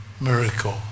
miracle